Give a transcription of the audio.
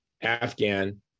Afghan